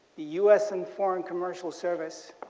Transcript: the u s. and foreign commercial service